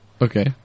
Okay